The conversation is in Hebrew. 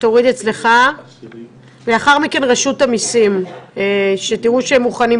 תסתכלו על המספרים, שמנו את זה כדי שתוכלו